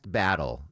battle